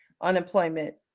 unemployment